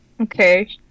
Okay